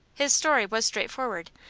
his story was straightforward,